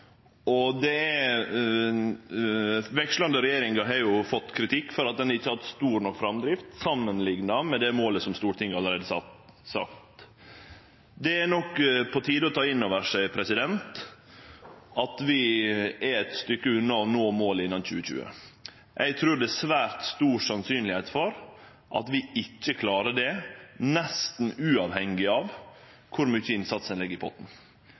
vekslande regjeringar har jo fått kritikk for at ein ikkje har hatt stor nok framdrift samanlikna med det målet som Stortinget allereie har sett. Det er nok på tide å ta inn over seg at vi er eit stykke unna å nå det målet innan 2020. Eg trur det er svært sannsynleg at vi ikkje klarer det, nesten uavhengig av kor mykje innsats ein legg i potten.